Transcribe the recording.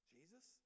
Jesus